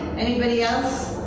anybody else?